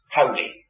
holy